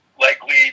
Likely